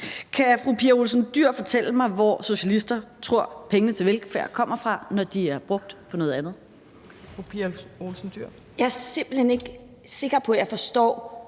Kan fru Pia Olsen Dyhr fortælle mig, hvor socialister tror pengene til velfærd kommer fra, når de er brugt på noget andet? Kl. 14:31 Tredje næstformand